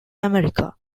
america